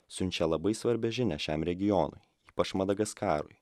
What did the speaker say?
siunčia labai svarbią žinią šiam regionui ypač madagaskarui